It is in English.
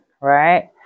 right